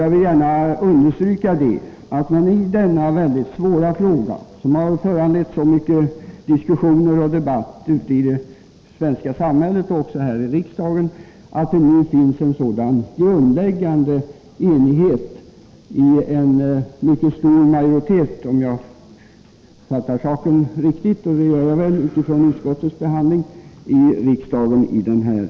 Jag vill gärna understryka att det i denna mycket svåra fråga, som har föranlett så mycket diskussion och debatt ute i det svenska samhället och även här i riksdagen, nu finns en grundläggande enighet i en mycket stor majoritet i riksdagen, om jag fattar saken rätt, och det gör jag väl med tanke på behandlingen av ärendet i utskottet.